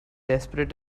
desperate